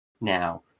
now